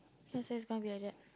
yes yes can't be like that